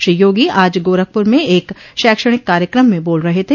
श्री योगी आज गोरखपुर में एक शैक्षणिक कार्यक्रम में बोल रहे थे